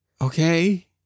Okay